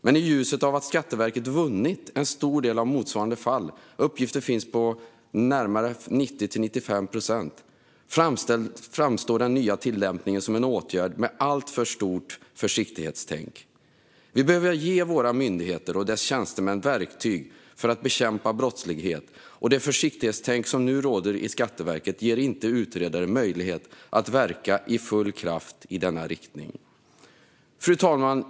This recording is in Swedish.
Men i ljuset av att Skatteverket vunnit i en stor del av motsvarande fall - uppgifter finns på 90-95 procent - framstår den nya tillämpningen som en åtgärd med alltför stort försiktighetstänk. Vi behöver ge våra myndigheter och deras tjänstemän verktyg för att bekämpa brottslighet. Det försiktighetstänk som nu råder i Skatteverket ger inte utredare möjlighet att verka med full kraft i denna riktning. Fru talman!